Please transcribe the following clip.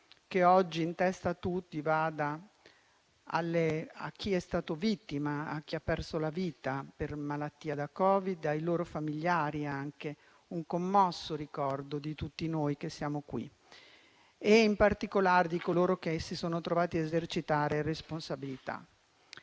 che oggi in testa a tutti vada chi è stato vittima, chi ha perso la vita per malattia da Covid; ai loro familiari va anche un commosso ricordo di tutti noi che siamo qui, in particolare di coloro che si sono trovati a esercitare responsabilità.